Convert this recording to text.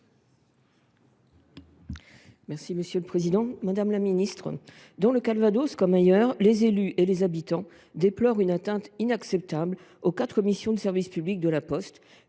et numérique. Madame la ministre, dans le Calvados comme ailleurs, les élus et les habitants déplorent une atteinte inacceptable aux quatre missions de service public de La Poste